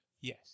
Yes